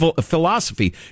philosophy